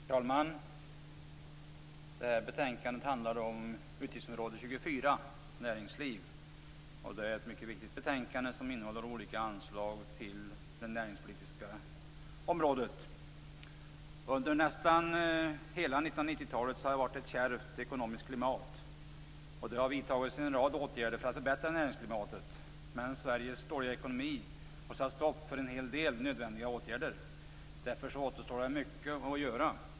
Herr talman! Det här betänkandet handlar om utgiftsområde 24, Näringsliv. Det är ett mycket viktigt betänkande, som innehåller olika anslag till det näringspolitiska området. Under nästan hela 1990-talet har det rått ett kärvt ekonomiskt klimat. Det har vidtagits en rad åtgärder för att förbättra näringsklimatet, men Sveriges dåliga ekonomi har satt stopp för en hel del nödvändiga åtgärder. Därför återstår mycket att göra.